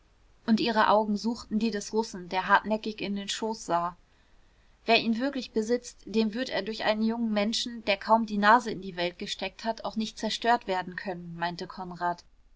und ihre augen suchten die des russen der hartnäckig in den schoß sah wer ihn wirklich besitzt dem wird er durch einen jungen menschen der kaum die nase in die welt gesteckt hat auch nicht zerstört werden können meinte konrad